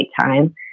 time